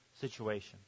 situation